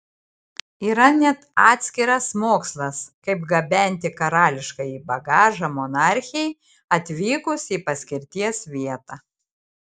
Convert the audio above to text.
yra net atskiras mokslas kaip gabenti karališkąjį bagažą monarchei atvykus į paskirties vietą